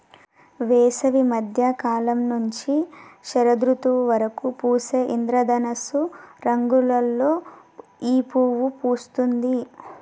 వేసవి మద్య కాలం నుంచి శరదృతువు వరకు పూసే ఇంద్రధనస్సు రంగులలో ఈ పువ్వు పూస్తుంది